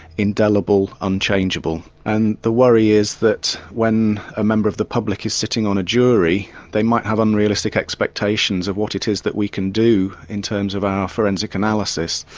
indelible, unchangeable. and the worry is that when a member of the public is sitting on a jury they might have unrealistic expectations of what it is that we can do in terms of our forensic analysis.